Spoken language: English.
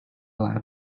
lab